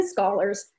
Scholars